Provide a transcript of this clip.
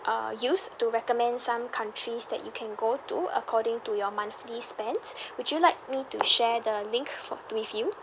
uh use to recommend some countries that you can go to according to your monthly spend would you like me to share the link for with you